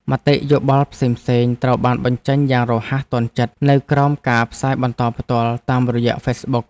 មតិយោបល់ផ្សេងៗត្រូវបានបញ្ចេញយ៉ាងរហ័សទាន់ចិត្តនៅក្រោមការផ្សាយបន្តផ្ទាល់តាមរយៈហ្វេសប៊ុក។